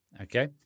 Okay